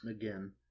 Again